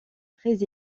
très